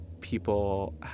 people